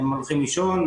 הם הולכים לישון,